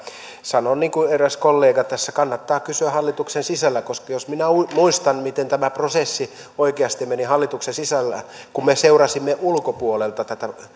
sanon niin kuin eräs kollega tässä kannattaa kysyä hallituksen sisältä koska jos minä muistan miten tämä prosessi oikeasti meni hallituksen sisällä kun me seurasimme ulkopuolelta tätä